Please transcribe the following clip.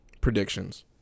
predictions